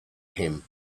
him